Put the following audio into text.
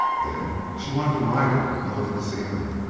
then she wanted to ride it, and look at the scenery.